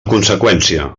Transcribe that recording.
conseqüència